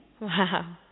Wow